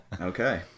Okay